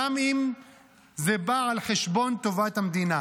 גם אם זה בא על חשבון טובת המדינה.